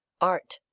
Art